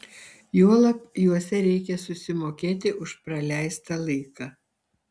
juolab juose reikia susimokėti už praleistą laiką